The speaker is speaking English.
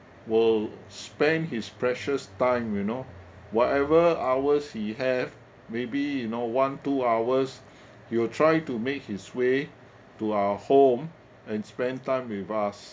will spend his precious time you know whatever hours he have maybe you know one two hours he will try to make his way to our home and spent time with us